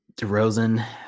DeRozan